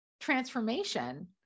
transformation